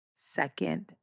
Second